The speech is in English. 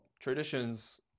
Traditions